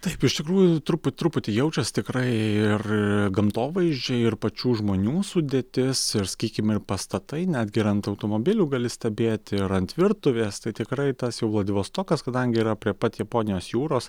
taip iš tikrųjų truput truputį jaučias tikrai ir gamtovaizdžiai ir pačių žmonių sudėtis ir sakykim ir pastatai netgi ir ant automobilių gali stebėti ar ant virtuvės tai tikrai tas jau vladivostokas kadangi yra prie pat japonijos jūros